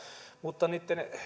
mutta niitten